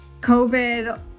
COVID